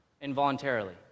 involuntarily